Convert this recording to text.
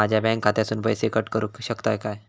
माझ्या बँक खात्यासून पैसे कट करुक शकतात काय?